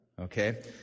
Okay